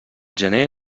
gener